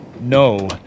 No